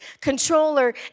Controller